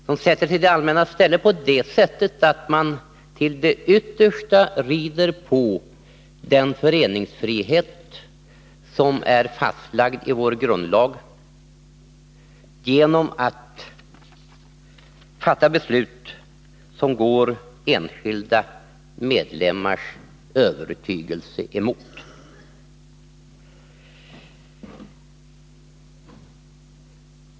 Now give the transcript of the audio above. De gör det på det sättet att de till det yttersta rider på den föreningsfrihet som är fastlagd i vår grundlag och fattar beslut som går enskilda medlemmars övertygelse emot.